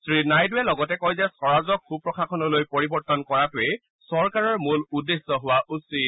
শ্ৰীনাইডুৱে লগতে কয় যে স্বৰাজক সু প্ৰশাসন লৈ পৰিৱৰ্তন কৰাটোৱেই চৰকাৰৰ মূল উদ্দেশ্যে হোৱা উচিত